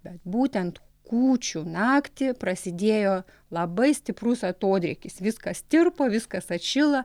bet būtent kūčių naktį prasidėjo labai stiprus atodrėkis viskas tirpo viskas atšilo